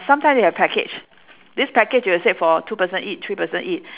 sometime they have package this package will say for two person eat three person eat